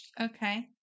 Okay